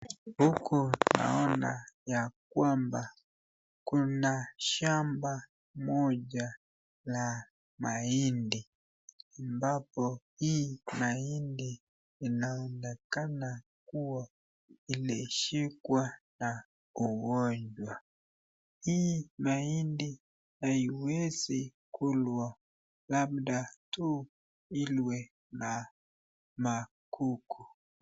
Huku naona ya kwamba kuna shamba moja la mahindi ambapo hii mahindi inaonekana ilishikwa na ugonjwa hii mahindi haiwezi kulwa labda tu ilwe na kuku.